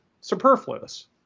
superfluous